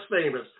famous